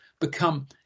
become